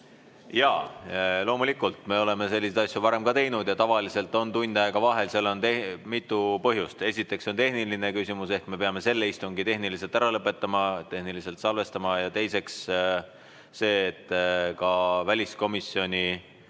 Jaa, loomulikult. Me oleme selliseid asju varem ka teinud ja tavaliselt on tund aega vahe. Sellel on mitu põhjust. Esiteks on tehniline küsimus: me peame selle istungi tehniliselt ära lõpetama, tehniliselt salvestama. Ja teiseks see, et ka väliskomisjoni